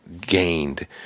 gained